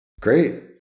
Great